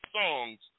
songs